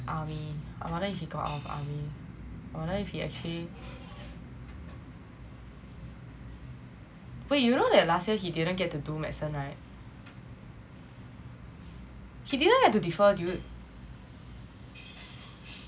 army or rather if he got out of army I wonder if he actually wait you know that last year he didn't get to do medicine right he didn't get to defer dude